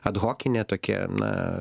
adhokinė tokia na